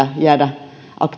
jäädä